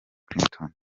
clinton